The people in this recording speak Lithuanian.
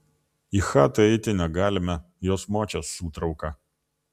į chatą įeiti negalime jos močia sūtrauka